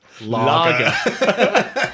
Lager